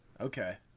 okay